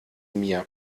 mir